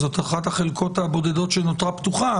זו אחת החלקות הבודדות שנותרה פתוחה.